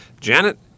Janet